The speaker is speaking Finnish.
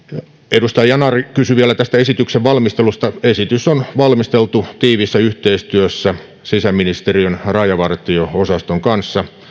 edustaja yanar kysyi vielä esityksen valmistelusta esitys on valmisteltu tiiviissä yhteistyössä sisäministeriön rajavartio osaston kanssa